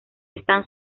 están